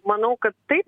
manau kad tai